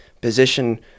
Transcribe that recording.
position